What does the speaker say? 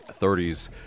30s